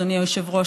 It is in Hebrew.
אדוני היושב-ראש.